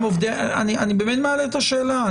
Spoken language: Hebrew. אני באמת מעלה את השאלה.